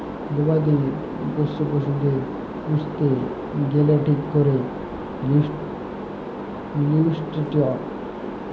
গবাদি পশ্য পশুদের পুইসতে গ্যালে ঠিক ক্যরে লিউট্রিশল চায়